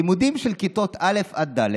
לימודים של כיתות א' עד ד'